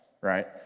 right